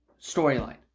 storyline